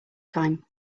time